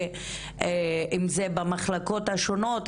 אם זה במחלקות השונות,